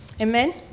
Amen